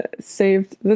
Saved